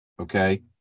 okay